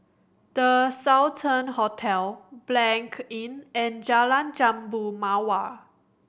The Sultan Hotel Blanc Inn and Jalan Jambu Mawar